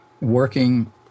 working